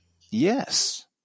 Yes